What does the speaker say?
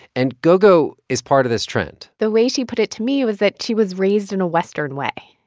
and gougou is part of this trend the way she put it to me was that she was raised in a western way.